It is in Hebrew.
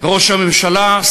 ראש הממשלה,